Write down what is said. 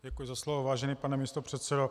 Děkuji za slovo, vážený pane místopředsedo.